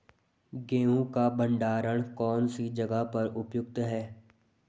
गेहूँ का भंडारण कौन सी जगह पर उपयुक्त है?